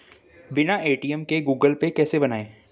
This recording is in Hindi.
बिना ए.टी.एम के गूगल पे कैसे बनायें?